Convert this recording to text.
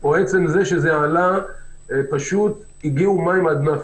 או עצם זה שזה עלה כי פשוט הגיעו מים עד נפש.